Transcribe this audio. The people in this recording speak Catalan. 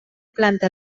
planta